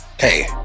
Hey